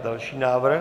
Další návrh.